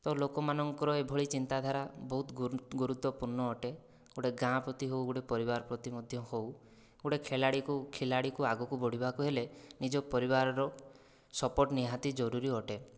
ତ ଲୋକମାନଙ୍କର ଏଭଳି ଚିନ୍ତାଧାରା ବହୁତ ଗୁରୁତ୍ୱପୂର୍ଣ୍ଣ ଅଟେ ଗୋଟିଏ ଗାଁ ପ୍ରତି ହେଉ ଗୋଟିଏ ପରିବାର ପ୍ରତି ମଧ୍ୟ ହେଉ ଗୋଟିଏ ଖେଳାଳୀକୁ ଖିଲାଡ଼ିକୁ ଆଗକୁ ବଢ଼ିବାକୁ ହେଲେ ନିଜ ପରିବାରର ସପୋର୍ଟ ନିହାତି ଜରୁରୀ ଅଟେ